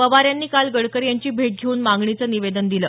पवार यांनी काल गडकरी यांची भेट घेऊन मागणीचं निवेदन दिलं